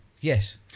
Yes